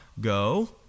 go